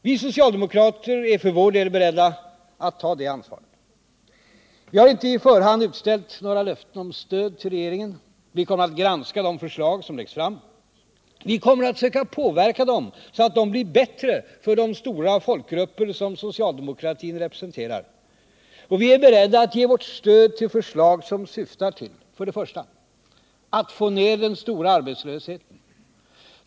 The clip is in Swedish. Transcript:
Vi socialdemokrater är för vår del beredda att ta det ansvaret. Vi har inte i förhand utställt några löften om stöd till regeringen. Vi kommer att granska de förslag som nu läggs fram. Vi kommer att söka påverka dem så att de blir bättre för de stora folkgrupper som socialdemokratin representerar. Vi är beredda att ge vårt stöd till förslag som syftar till: —- För det första: Att få ner den stora arbetslösheten.